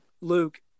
luke